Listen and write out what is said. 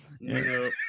No